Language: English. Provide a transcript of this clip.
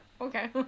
okay